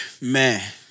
Man